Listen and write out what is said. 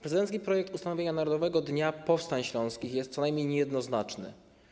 Prezydencki projekt dotyczący ustanowienia Narodowego Dnia Powstań Śląskich jest co najmniej niejednoznaczny.